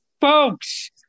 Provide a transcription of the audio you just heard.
Folks